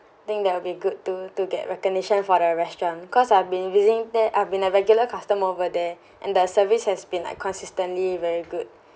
think that will be good to to get recognition for the restaurant cause I've been vising I've been a regular customer over there and the service has been like consistently very good